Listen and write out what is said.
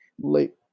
late